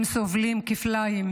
הם סובלים כפליים,